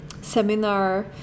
seminar